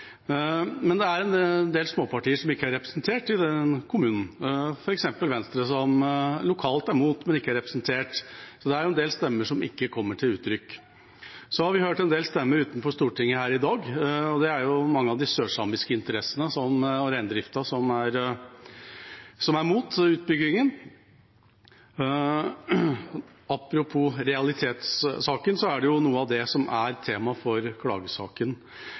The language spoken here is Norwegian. men det er en del småpartier som ikke er representert i den kommunen, f.eks. Venstre, som lokalt er imot, men som ikke er representert. Så det er en del stemmer som ikke kommer til uttrykk. Vi har hørt en del stemmer utenfor Stortinget i dag, og det er mange fra de sørsamiske interessene og reindriften som er imot utbyggingen. Apropos realitetssaken er det noe av det som er temaet for klagesaken.